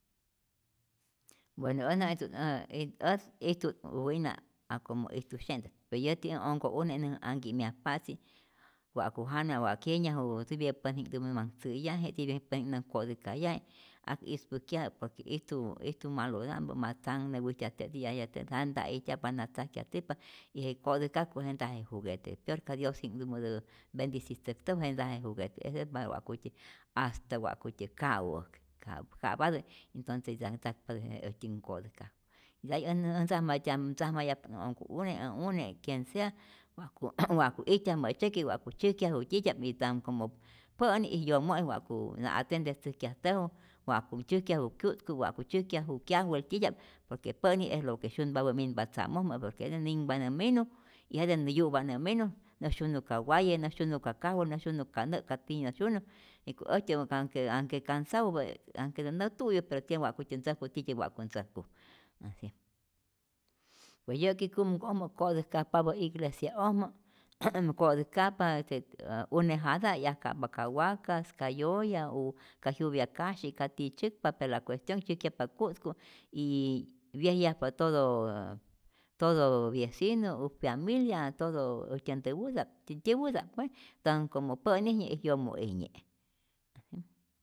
Bueno äj nä'ijtu't ä y ät ijtu't' wina' a como ijtusye'ntät, pe yäti ät äj onko'une anhki'myajpa'tzi wa'ku jana, wa' kyenaju tipyä pänji'nhktumä nä manh tzä'yaje, tipyä pänhji'nh nä manh ko'täjkajyaje, ak ispäjkyajä por que ijtu ijtu malota'mpä, ma tzanh näwijtyajtä' tiya'yajtä' ka'nta ijtyajpa natzajkyajtäjpa y je ko'täjkajku jete ntaje juguete peor ka diosjin'nhtumätä bendicitzäktäju jete' ntaje juguete, eso es para wa'kutyä hasta wa'kutyä ka'u'äk, ka ka'patä entonces ya tzakpa'ntä je äjtyä nkotäjkajku, iday äj nä ntzamatyam tzajmayajpa't ä onhko'une, äj une quien sea wa'ku wa'ku ijtyaj mä'tzyäki', wa'ku tzyäjkyaju tyi'tya'p, ni tan como pä'ni y yomo'i wa'ku na atendetzäjkyajtäju, wa'ku tzyäjkyaju kyu'tku, wa'ku tzyäjkyaju kyajwel, titya'p por que pä'ni es lo que syunpapä, minpa tza'mojmä por que jete ninhpa nä minu y jete nä yu'pa nä minu, nä nä syunu ka waye, nä syunu ka kajwel, nä syunu ka nä' tiyä nä syunu, jiko' äjtyät anhke cansado, anhketä nä tu'yu pero tiene wa'kutyä ntzäjku tityä, wa'ku ntzäjku, es eso, pue yä'ki kumku'ojmä ko'täjkajpapä iglesia'ojmä, ko'täjkajpa jetä une jata'i 'yajka'pa ka wakas, ka yoya, u ka jyupa kasyi, ka tiyä tzyäkpa pe la cuestión tzyäjkyajpa ku'tku y wyejyajpa totooo todooo viecino u fyamilia totoo äjtyä ntäwäta'p tyäwäta'p pue tan como pä'nijnye y yomo'ijnye'